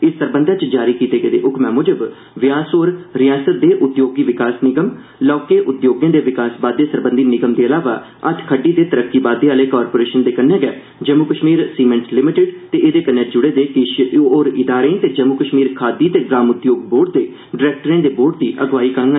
इस सरबंधै च जारी कीते गेदे हुक्मै मुजब व्यास होर रियासत दे उद्योगी विकास निगम लौह्के उद्योगें दे विकास बाद्दे सरबंधी निगम दे अलावा हत्थखड्डी ते तरक्की बाद्दे आले कारपोरेशन दे कन्नै गै जम्मू कश्मीर सीमेंट लिमिटेड ते एदे कन्नै जुड़े दे किश होर इदारें ते जम्मू कश्मीर खादी ते ग्राम उद्योग बोर्ड दे डरैक्टरें दे बोर्ड दी अगुवाई करङन